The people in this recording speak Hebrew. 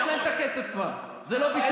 כבר יש להם את הכסף, זה לא ביטוח.